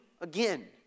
again